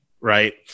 Right